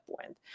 point